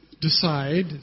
decide